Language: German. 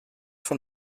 von